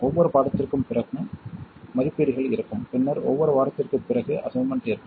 ஒவ்வொரு பாடத்திற்கும் பிறகு மதிப்பீடுகள் இருக்கும் பின்னர் ஒவ்வொரு வாரத்திற்குப் பிறகு அசைன்மென்ட் இருக்கும்